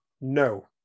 No